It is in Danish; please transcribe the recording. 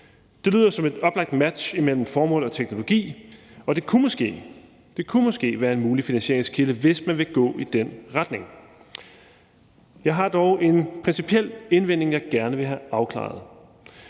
Det lyder som et oplagt match mellem formål og teknologi, og det kunne måske være en mulig finansieringskilde, hvis man vil gå i den retning. Jeg har dog en principiel indvending, jeg gerne vil have afklaret.